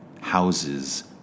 houses